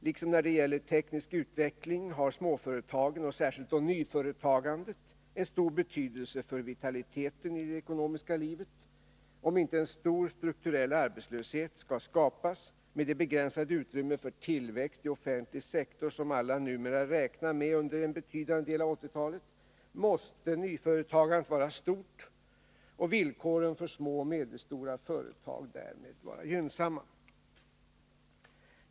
Liksom när det gäller teknisk utveckling har småföretagen, och särskilt då nyföretagandet, en stor betydelse för vitaliteten i det ekonomiska livet. Om inte en stor strukturell arbetslöshet skall skapas, med det begränsade utrymme för tillväxt i offentlig sektor som alla numera räknar med under en betydande del av 1980-talet, måste nyföretagandet vara stort och villkoren för små och medelstora företag därmed vara gynnsamma.